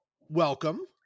welcome